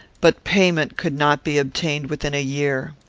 but payment could not be obtained within a year.